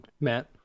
Matt